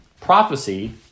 Prophecy